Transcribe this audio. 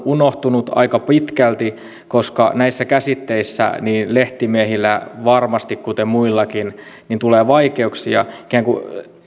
aika pitkälti unohtunut koska näissä käsitteissä lehtimiehillä kuten varmasti muillakin tulee vaikeuksia ikään kuin